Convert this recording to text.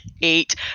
Eight